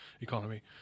economy